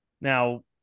now